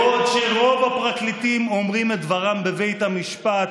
בעוד שרוב הפרקליטים אומרים את דברם בבית המשפט,